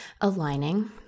aligning